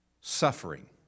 suffering